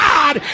God